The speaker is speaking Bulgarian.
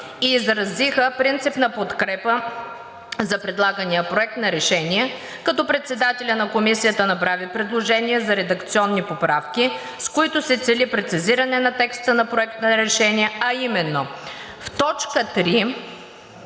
изразиха принципна подкрепа за предлагания Проект на решение, като председателят на Комисията направи предложения за редакционни поправки, с които се цели прецизиране на текста на Проекта на решение, а именно: „В т.